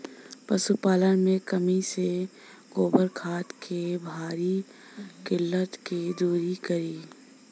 पशुपालन मे कमी से गोबर खाद के भारी किल्लत के दुरी करी?